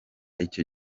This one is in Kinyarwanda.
icyo